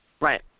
Right